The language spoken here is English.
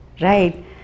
Right